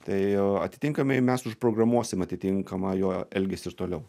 tai atitinkamai mes užprogramuosim atitinkamą jo elgesį ir toliau